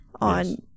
on